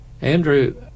Andrew